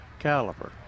caliper